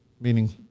meaning